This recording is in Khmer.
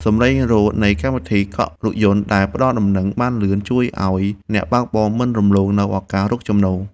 សម្លេងរោទ៍នៃកម្មវិធីកក់រថយន្តដែលផ្ដល់ដំណឹងបានលឿនជួយឱ្យអ្នកបើកបរមិនរំលងនូវឱកាសរកចំណូល។